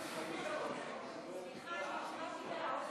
סליחה,